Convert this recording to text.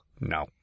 No